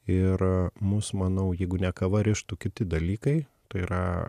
ir mus manau jeigu ne kava rištų kiti dalykai tai yra